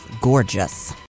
gorgeous